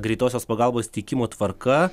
greitosios pagalbos teikimo tvarka